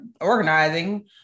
organizing